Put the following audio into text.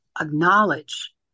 acknowledge